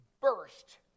burst